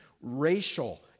racial